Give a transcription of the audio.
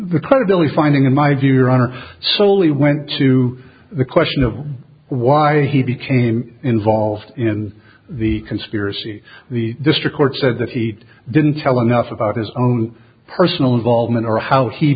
only finding in my view your honor solely went to the question of why he came involved in the conspiracy the district court said that he didn't tell nothing about his own personal involvement or how he